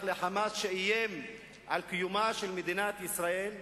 ל"חמאס" שאיים על קיומה של מדינת ישראל?